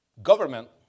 Government